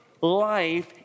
life